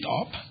up